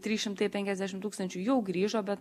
trys šimtai penkiasdešim tūkstančių jau grįžo bet